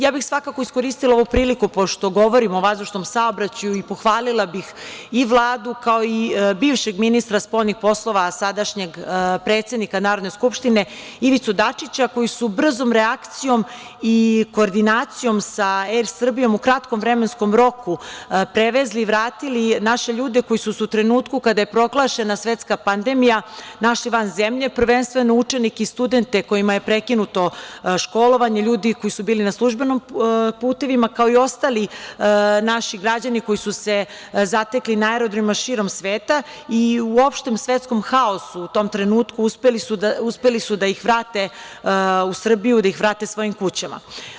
Ja bih svakako iskoristila ovu priliku pošto govorim o vazdušnom saobraćaju i pohvalila bih i Vladu, kao i bivšeg ministra spoljnih poslova, a sadašnjeg predsednika Narodne skupštine, Ivicu Dačića, koji su brzom reakcijom i koordinacijom sa „Er Srbijom“ u kratkom vremenskom roku prevezli, vratili naše ljude koji su se u trenutku kada je proglašena svetska pandemija našli van zemlje, prvenstveno učenike i studente kojima je prekinuto školovanje, ljudi koji su bili na službenim putevima, kao i ostali naši građani koji su se zatekli na aerodromima širom sveta i u opštem svetskom haosu u tom trenutku uspeli su da ih vrate u Srbiju, da ih vrate svojim kućama.